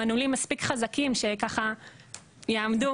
מנעולים מספיק חזקים שככה יעמדו,